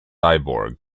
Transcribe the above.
cyborg